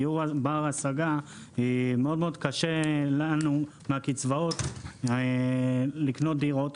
דיור בר השגה, מאוד קשה לנו מהקצבאות לקנות דירות.